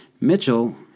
Mitchell